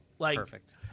perfect